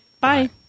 Bye